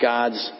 God's